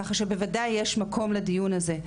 כך שבוודאי יש מקום לדיון הזה.